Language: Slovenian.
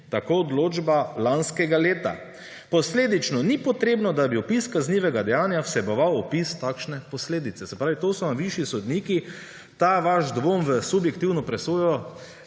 Tako odločba lanskega leta. »Posledično ni potrebno, da bi opis kaznivega dejanja vseboval opis takšne posledice.« Se pravi, da so višji sodniki o tem vašem dvomu v subjektivno presojo